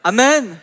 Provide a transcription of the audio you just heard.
Amen